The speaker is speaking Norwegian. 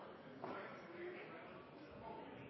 de